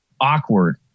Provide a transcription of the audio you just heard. awkward